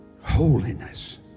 Holiness